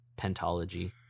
pentology